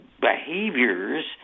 behaviors